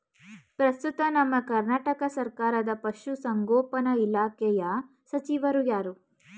ಪ್ರಸ್ತುತ ನಮ್ಮ ಕರ್ನಾಟಕ ಸರ್ಕಾರದ ಪಶು ಸಂಗೋಪನಾ ಇಲಾಖೆಯ ಸಚಿವರು ಯಾರು?